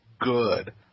good